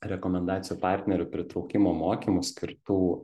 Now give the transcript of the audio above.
rekomendacijų partnerių pritraukimo mokymų skirtų